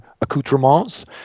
accoutrements